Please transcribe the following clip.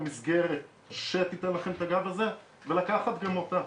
למסגרת שתיתן לכם את הגב הזה' ולקחת גם אותה.